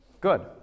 good